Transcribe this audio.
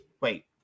Wait